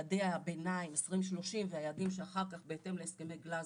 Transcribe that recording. יעדי הביניים של 2030 והיעדים שאחר כך בהתאם להסכמי גלזגו,